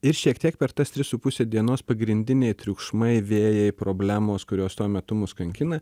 ir šiek tiek per tas tris su puse dienos pagrindiniai triukšmai vėjai problemos kurios tuo metu mus kankina